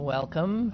Welcome